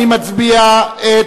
נצביע על